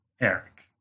Eric